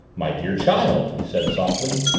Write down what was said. my dear child, he said softly,